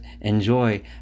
enjoy